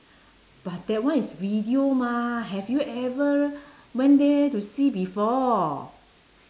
but that one is video mah have you ever went there to see before